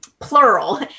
plural